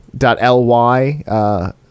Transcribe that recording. .ly